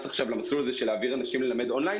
עכשיו למסלול הזה של העברת אנשים ללימוד און ליין